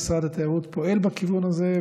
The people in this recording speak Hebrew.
משרד התיירות פועל בכיוון הזה,